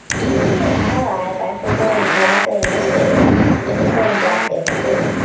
you can be an ally by supporting black-led initiatives and supporting black businesses.